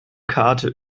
karte